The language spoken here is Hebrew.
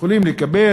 יכולים לקבל.